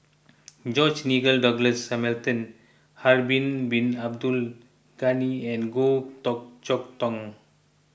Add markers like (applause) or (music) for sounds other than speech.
George Nigel Douglas Hamilton Harun Bin Abdul Ghani and Goh (unintelligible) Chok Tong